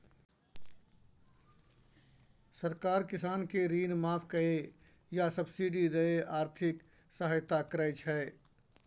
सरकार किसान केँ ऋण माफ कए या सब्सिडी दए आर्थिक सहायता करै छै